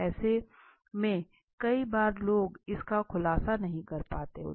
ऐसे में कई बार लोग इसका खुलासा नहीं कर पाते हैं